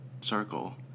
circle